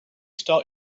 start